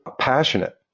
passionate